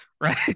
right